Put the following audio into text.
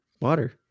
water